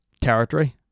territory